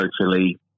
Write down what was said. socially